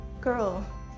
Girl